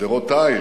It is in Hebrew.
גדרות תיל